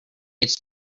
it’s